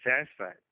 satisfied